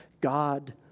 God